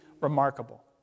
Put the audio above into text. remarkable